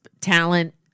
Talent